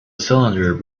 cylinder